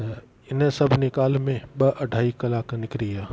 त इन सभिनी ॻाल्हि में ॿ अढाई कलाक निकरी विया